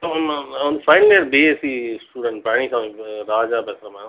ஆமாம் மேம் நான் வந்து final year BSc student Palani Samy Raja பேசுகிறேன் மேம்